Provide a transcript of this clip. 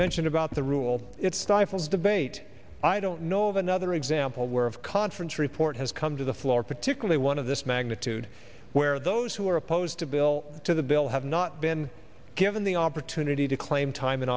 mention about the rule it stifles debate i don't know of another example where of conference report has come to the floor particularly one of this magnitude where those who are opposed to a bill to the bill have not been given the opportunity to claim time in